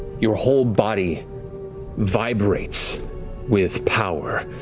your whole body vibrates with power,